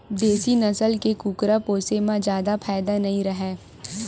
देसी नसल के कुकरा पोसे म जादा फायदा नइ राहय